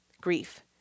grief